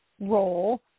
role